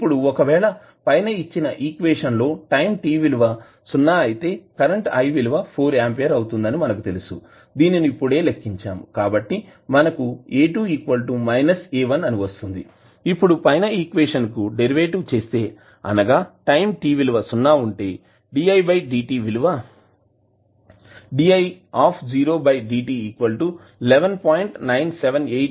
ఇప్పుడు ఒకవేళ పైన ఇచ్చిన ఈక్వేషన్ లో టైం t విలువ సున్నా అయితే కరెంటు i విలువ 4 ఆంపియర్ అవుతుంది అని మనకు తెలుసు దీనిని ఇప్పుడే లెక్కించాము కాబట్టి మనకు A 2 A 1 అని వస్తుంది ఇప్పుడు పైన ఈక్వేషన్ కి డెరివేటివ్ చేస్తే అనగా టైం t విలువ సున్నా ఉంటే di dt విలువ విలువ di dt 11